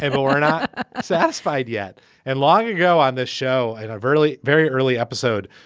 and but we're not satisfied yet and long ago on this show and i've early very early episode